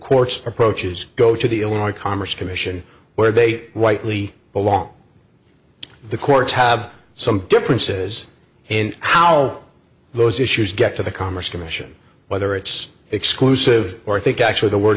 courts approaches go to the illinois commerce commission where they whitely along the courts have some differences in how those issues get to the commerce commission whether it's exclusive or think actually the